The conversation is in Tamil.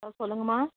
ஆ சொல்லுங்களம்மா